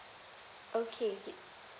okay